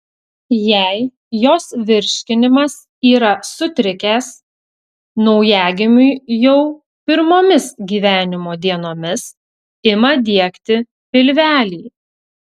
jei jos virškinimas yra sutrikęs naujagimiui jau pirmomis gyvenimo dienomis ima diegti pilvelį